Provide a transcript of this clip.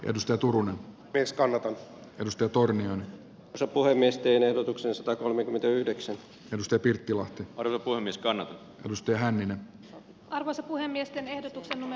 edustaa turun keskollakaan kannusta turmion taso puhemiesten ehdotuksesta kolmekymmentäyhdeksän arto pirttilahti alkoi niskanen pystyi hänen arvonsa puhemiesten ehdotukseemme